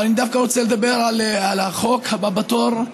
אבל אני רוצה לדבר על החוק הבא בתור,